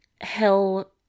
hell